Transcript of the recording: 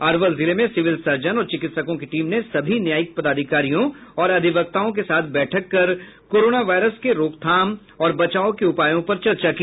अरवल जिले में civil surgeon और चिकित्सकों की टीम ने सभी न्यायिक पदाधिकारियों और अधिवक्ताओं के साथ बैठक कर कोरोना वायरस के रोकथाम और बचाव के उपायों पर चर्चा की